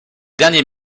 dernier